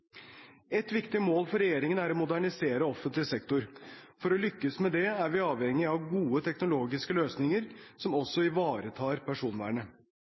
Et viktig mål for regjeringen er å modernisere offentlig sektor. For å lykkes med det er vi avhengig av gode teknologiske løsninger som også ivaretar personvernet.